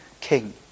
king